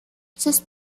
sus